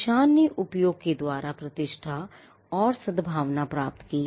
निशान ने उपयोग के द्वारा प्रतिष्ठा और सद्भावना प्राप्त की